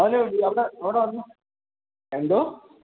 അവന് അവിടെ അവിടെയുണ്ടോ എന്തോ